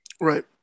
Right